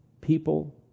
people